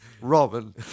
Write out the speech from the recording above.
Robin